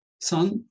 son